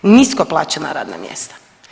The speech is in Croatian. Nisko plaćena radna mjesta.